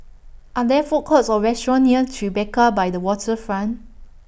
Are There Food Courts Or restaurants near Tribeca By The Waterfront